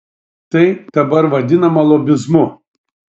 tai dabar vadinama lobizmu